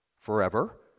Forever